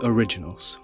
Originals